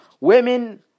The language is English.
women